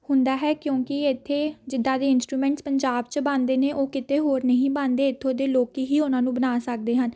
ਹੁੰਦਾ ਹੈ ਕਿਉਂਕਿ ਇੱਥੇ ਜਿੱਦਾਂ ਦੇ ਇੰਸਟਰੂਮੈਂਟਸ ਪੰਜਾਬ 'ਚ ਬਣਦੇ ਨੇ ਉਹ ਕਿਤੇ ਹੋਰ ਨਹੀਂ ਬਣਦੇ ਇੱਥੋਂ ਦੇ ਲੋਕ ਹੀ ਉਹਨਾਂ ਨੂੰ ਬਣਾ ਸਕਦੇ ਹਨ